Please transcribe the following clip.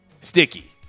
sticky